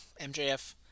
MJF